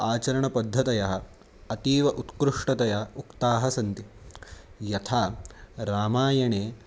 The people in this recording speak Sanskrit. आचरणपद्धतयः अतीव उत्कृष्टतया उक्ताः सन्ति यथा रामायणे